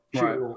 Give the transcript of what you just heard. Right